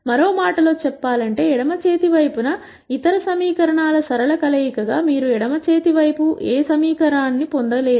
మరో మాటలో చెప్పాలంటే ఎడమ చేతి వైపున ఇతర సమీకరణాల సరళ కలయికగా మీరు ఎడమ చేతి వైపు ఏ సమీకరణాన్ని పొందలేరు